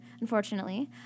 unfortunately